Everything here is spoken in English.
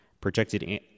projected